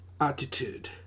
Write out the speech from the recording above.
attitude